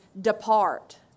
depart